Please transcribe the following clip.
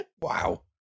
Wow